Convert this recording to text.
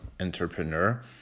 entrepreneur